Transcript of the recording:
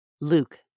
Luke